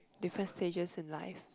different stages in life